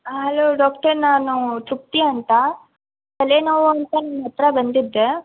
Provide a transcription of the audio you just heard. hello doctor ನಾನು ತೃಪ್ತಿ ಅಂತ ತಲೆನೋವು ಅಂತ ನಿಮ್ಮ ಹತ್ರ ಬಂದಿದ್ದೆ